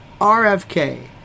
RFK